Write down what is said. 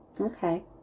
Okay